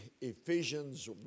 Ephesians